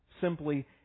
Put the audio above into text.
Simply